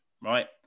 right